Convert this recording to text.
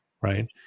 right